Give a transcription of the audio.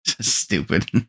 Stupid